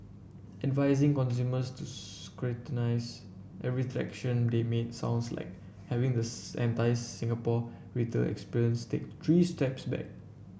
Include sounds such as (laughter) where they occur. advising consumers to scrutinise every (unintelligible) they make sounds like having the (unintelligible) entire Singapore retail experience take three steps back